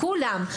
כולם,